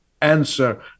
answer